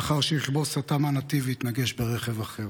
לאחר שרכבו סטה מהנתיב והתנגש ברכב אחר.